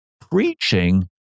Preaching